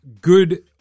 Good